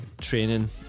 training